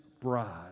bride